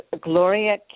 Gloria